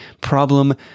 problem